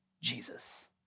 Jesus